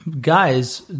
guys